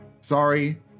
sorry